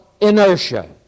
inertia